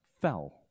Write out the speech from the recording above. fell